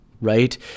right